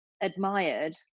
admired